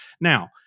Now